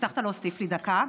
הבטחת להוסיף לי דקה.